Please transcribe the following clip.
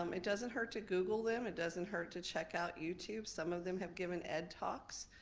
um it doesn't hurt to google them, it doesn't hurt to check out youtube, some of them have given ed talks.